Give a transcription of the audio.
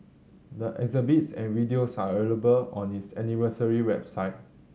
the exhibits and videos are available on its anniversary website